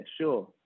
sure